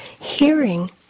hearing